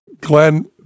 Glenn